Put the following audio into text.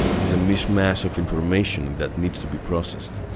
is a mish-mash of information that needs to be processed.